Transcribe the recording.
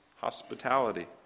hospitality